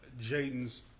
Jaden's